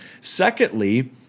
Secondly